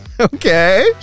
Okay